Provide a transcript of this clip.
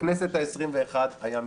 בכנסת העשרים-ואחת היה מיזוג.